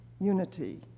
unity